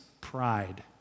pride